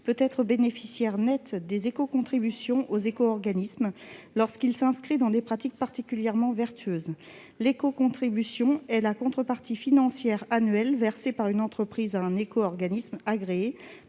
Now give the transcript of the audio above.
peut être bénéficiaire net des écocontributions aux éco-organismes lorsqu'il s'inscrit dans des pratiques particulièrement vertueuses. L'écocontribution est la contrepartie financière annuelle versée par une entreprise à un éco-organisme agréé